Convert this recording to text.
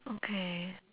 okay